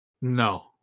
No